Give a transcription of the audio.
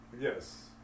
Yes